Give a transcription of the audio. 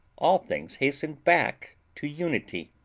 all things hastened back to unity.